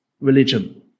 religion